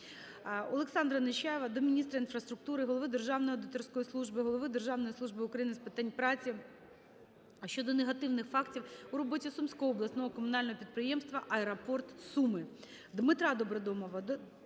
Олександра Нечаєва до міністра інфраструктури, голови Державної аудиторської служби України, голови Державної служби України з питань праці щодо негативних фактів у роботі Сумського обласного комунального підприємства "Аеропорт Суми". Дмитра Добродомова до